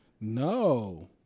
No